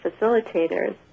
facilitators